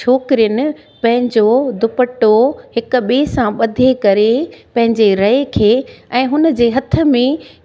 छोकिरियुनि पंहिंजो दुपटो हिकु ॿिए सां ॿधे करे पंहिंजे रए खे ऐं हुन जे हथ में